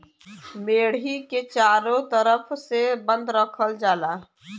मेड़ी के चारों तरफ से बंद रखल जाला